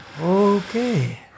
okay